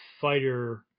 fighter